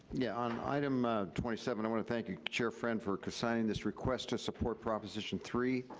yeah, um item ah twenty seven, i wanna thank you, chair friend, for signing this request to support proposition three.